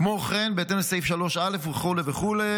כמו כן, בהתאם לסעיף 3א וכו' וכו',